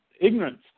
ignorance